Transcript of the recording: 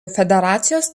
federacijos